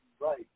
right